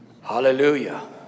Hallelujah